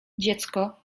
dziecko